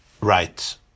Right